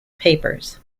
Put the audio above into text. papers